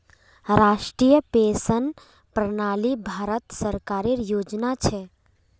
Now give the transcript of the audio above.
राष्ट्रीय पेंशन प्रणाली भारत सरकारेर योजना छ